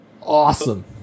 Awesome